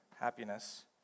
happiness